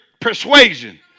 persuasion